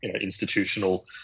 institutional